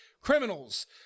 criminals